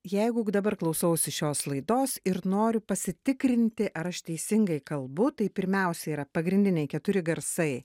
jeigu dabar klausausi šios laidos ir noriu pasitikrinti ar aš teisingai kalbu tai pirmiausia yra pagrindiniai keturi garsai